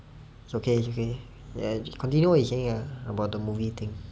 it's okay it's okay then continue what you saying ah about the movie thing